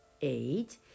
Eight